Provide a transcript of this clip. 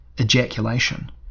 ejaculation